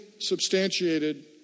substantiated